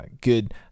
good